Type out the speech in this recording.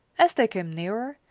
as they came nearer,